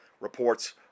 reports